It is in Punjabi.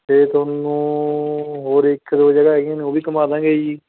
ਅਤੇ ਤੁਹਾਨੂੰ ਹੋਰ ਇੱਕ ਦੋ ਜਗ੍ਹਾ ਹੈਗੀਆਂ ਨੇ ਉਹ ਵੀ ਘੁੰਮਾ ਦਾਂਗੇ ਜੀ